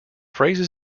phrases